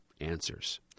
answers